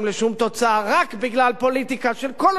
רק בגלל פוליטיקה של כל השותפים שלכם,